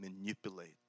manipulate